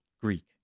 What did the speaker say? Greek